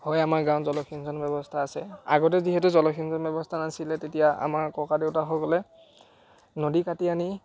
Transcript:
হয় আমাৰ গাঁৱত জলসিঞ্চন ব্যৱস্থা আছে আগতে যিহেতু জলসিঞ্চন ব্যৱস্থা নাছিলে তেতিয়া আমাৰ ককা দেউতাসকলে নদী কাটি আনি